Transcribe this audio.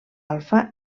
alfa